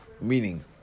Meaning